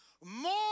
more